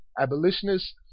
abolitionists